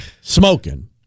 smoking